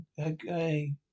Okay